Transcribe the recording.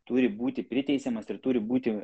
turi būti priteisiamas ir turi būti